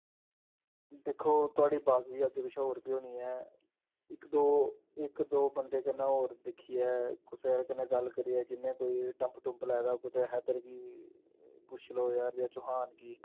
दिक्खो थोआड़ी बाकवी अग्गें पिच्छें होर बी होनी ऐ इक दो इक दो बंदे कन्नै होर दिक्खियै कुसै दे कन्नै गल्ल करियै जिन्ने कोई डम्प डुम्प लाए दा होए कुतै हैदर गी पुच्छी लैओ यार जां चौहान गी